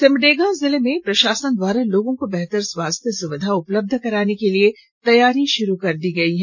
सिमडेगा जिले में प्रशासन द्वारा लोगों को बेहतर स्वास्थ्य सुविधा उपलब्ध कराने के लिए तैयारी शुरू कर दी गई है